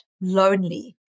lonely